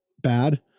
bad